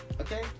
okay